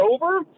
over